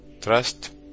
Trust